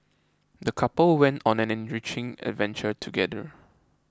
the couple went on an enriching adventure together